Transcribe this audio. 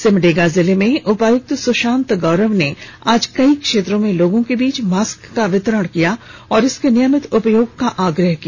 सिमडेगा जिले में उपायुक्त सुशांत गौरव ने आज कई क्षेत्रों में लोगों के बीच मास्क का वितरण किया और इसके नियमित उपयोग का आग्रह किया